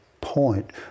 point